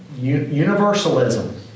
universalism